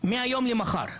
מהיום למחר.